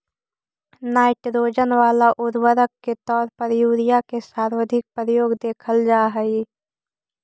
nitrogen वाला उर्वरक के तौर पर यूरिया के सर्वाधिक प्रयोग देखल जा हइ